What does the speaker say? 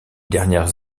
dernières